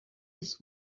his